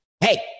Hey